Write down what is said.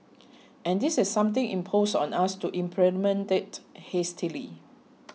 and this is something imposed on us to implement it hastily